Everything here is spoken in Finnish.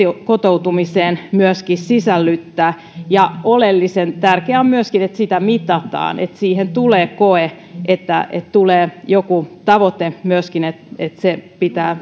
kotoutumiseen myöskin sisällyttää ja oleellisen tärkeää on myöskin että sitä mitataan että siihen tulee koe ja että tulee myöskin joku tavoite se pitää